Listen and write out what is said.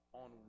on